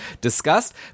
discussed